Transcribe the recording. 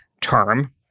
term